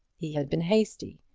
he had been hasty,